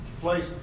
place